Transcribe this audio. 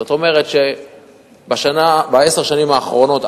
זאת אומרת שבעשר השנים האחרונות,